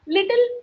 Little